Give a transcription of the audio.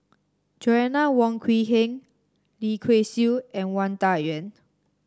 Joanna Wong Quee Heng Lim Kay Siu and Wang Dayuan